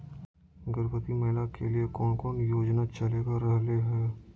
गर्भवती महिला के लिए कौन कौन योजना चलेगा रहले है?